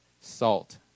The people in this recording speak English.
salt